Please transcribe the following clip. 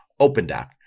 OpenDoc